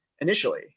initially